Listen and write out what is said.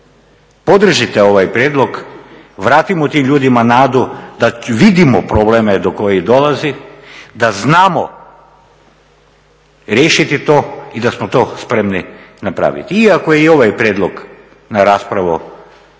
podržite ovaj prijedlog, vratimo tim ljudima nadu da vidimo probleme do kojih dolazi, da znamo riješiti to i da smo to spremni napraviti, iako je i ovaj prijedlog na raspravu